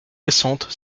récentes